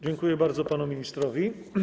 Dziękuję bardzo panu ministrowi.